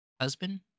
husband